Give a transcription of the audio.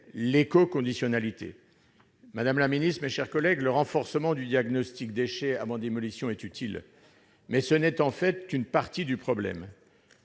l'éco-conditionnalité. Madame la secrétaire d'État, mes chers collègues, le renforcement du diagnostic « déchets » avant démolition est utile, mais ce n'est en fait qu'une partie du problème.